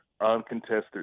uncontested